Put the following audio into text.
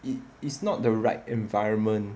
it is not the right environment